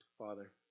Father